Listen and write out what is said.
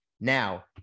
now